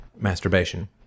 masturbation